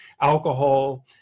alcohol